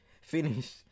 finish